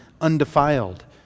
undefiled